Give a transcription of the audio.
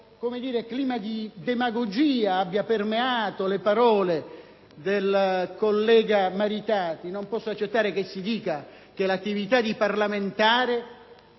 certo clima di demagogia abbia permeato le parole del collega Maritati, che si dica che l'attività di parlamentare